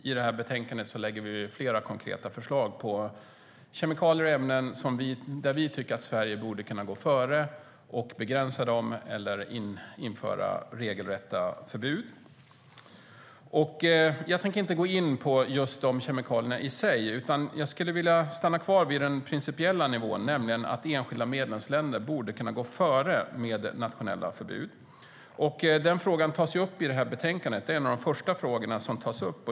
I betänkandet lägger vi fram flera konkreta förslag på kemikalier och ämnen där vi tycker att Sverige borde kunna gå före och begränsa dem eller införa regelrätta förbud. Jag tänker inte gå in på just de kemikalierna i sig. Jag skulle vilja stanna kvar vid den principiella nivån, nämligen att enskilda medlemsländer borde kunna gå före med nationella förbud. Den frågan tas upp i betänkandet. Det är en av de första frågorna som tas upp.